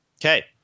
Okay